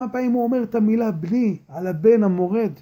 כמה פעמים הוא אומר את המילה בני על הבן המורד?